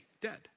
dead